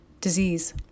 disease